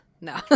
no